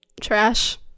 Trash